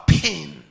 pain